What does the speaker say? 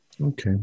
Okay